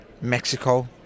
Mexico